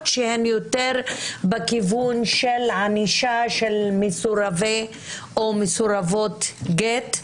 שהם יותר בכיוון של ענישה של סרבני או סרבניות גט,